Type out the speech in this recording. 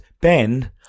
Ben